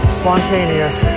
spontaneous